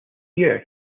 year